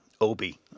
Obi